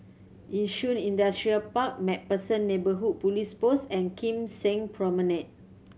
Yishun Industrial Park Macpherson Neighbourhood Police Post and Kim Seng Promenade